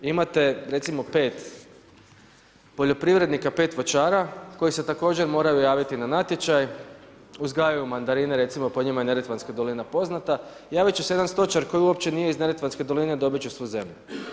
Imate recimo 5 poljoprivrednika, 5 voćara, koji se također moraju javiti na natječaj, uzgajaju mandarine recimo po njima je Neretvanska dolina poznata, javiti će se jedan stočar koji uopće nije iz Neretvanske doline, a dobiti će svu zemlju.